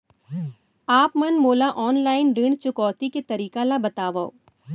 आप मन मोला ऑनलाइन ऋण चुकौती के तरीका ल बतावव?